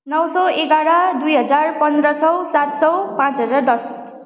नौ सय एघार दुई हजार पन्ध्र सय सात सय पाँच हजार दस